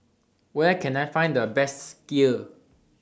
Where Can I Find The Best Kheer